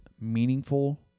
meaningful